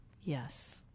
Yes